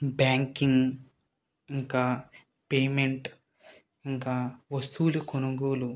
banking ఇంకా payment ఇంకా వస్తువులు కొనుగొలు